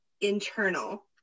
internal